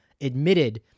admitted